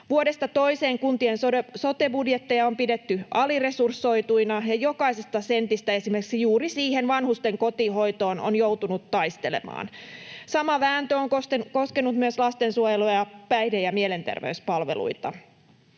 Vuodesta toiseen kuntien sote-budjetteja on pidetty aliresursoituina, ja jokaisesta sentistä esimerkiksi juuri vanhusten kotihoitoon on joutunut taistelemaan. Sama vääntö on koskenut myös lastensuojelua ja päihde- ja mielenterveyspalveluita.